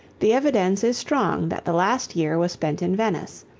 the evidence is strong that the last year was spent in venice.